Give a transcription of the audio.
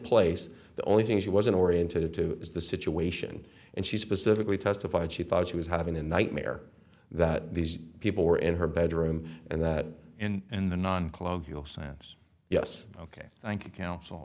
place the only thing she wasn't oriented to is the situation and she specifically testified she thought she was having a nightmare that these people were in her bedroom and that and the non club feel sense yes ok thank you counsel